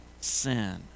sin